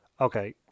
Okay